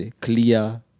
clear